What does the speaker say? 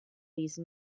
these